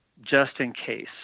just-in-case